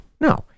No